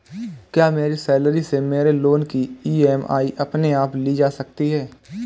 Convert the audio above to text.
क्या मेरी सैलरी से मेरे लोंन की ई.एम.आई अपने आप ली जा सकती है?